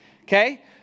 Okay